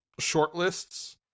shortlists